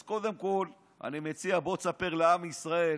אז קודם כול, אני מציע, בוא תספר לעם ישראל